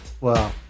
Wow